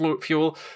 Fuel